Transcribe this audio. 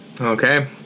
Okay